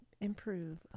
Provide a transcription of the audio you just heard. improve